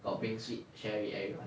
well being sweet sherry everywhere